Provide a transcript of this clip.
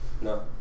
No